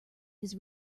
his